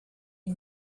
you